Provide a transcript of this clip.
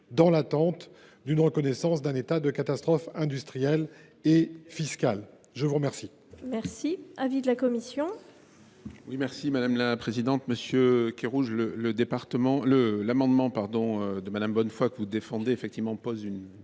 dans l’attente d’une reconnaissance d’un état de catastrophe industrielle et fiscale. Quel